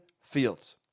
Fields